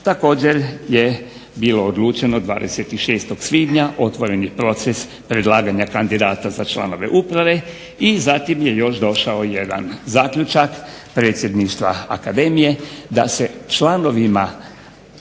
Također je bilo odlučeno 26. svibnja otvoreni proces predlaganja kandidata za članove uprave i zatim je još došao jedan zaključak predsjedništva akademije da se članovima